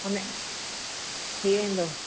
उन थी वेंदो